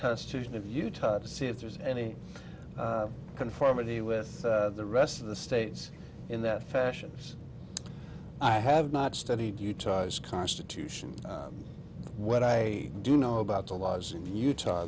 constitution of utah to see if there's any conformity with the rest of the states in that fashion i have not studied utah as constitution what i do know about the laws in utah